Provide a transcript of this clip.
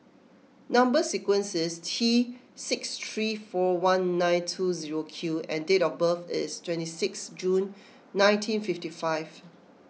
Number Sequence is T six three four one nine two zero Q and date of birth is twenty sixth June nineteen fifty five